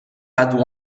had